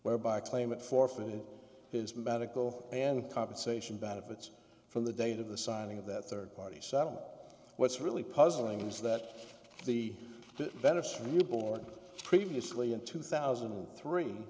whereby a claimant forfeit his medical and compensation benefits from the date of the signing of that third party settlement what's really puzzling is that the venice reboarded previously in two thousand and three